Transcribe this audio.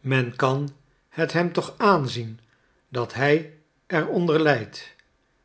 men kan het hem toch aanzien dat hij er onder lijdt